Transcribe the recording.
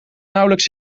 nauwelijks